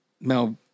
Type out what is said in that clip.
Mel